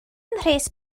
mhres